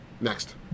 next